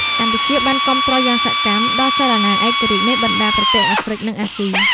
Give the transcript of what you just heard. កម្ពុជាបានគាំទ្រយ៉ាងសកម្មដល់ចលនាឯករាជ្យនៃបណ្តាប្រទេសអាហ្វ្រិក និងអាស៊ី។